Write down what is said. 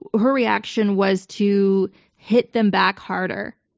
her reaction was to hit them back harder.